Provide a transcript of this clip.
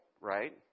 right